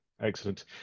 excellent